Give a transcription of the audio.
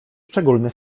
szczególny